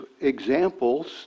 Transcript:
examples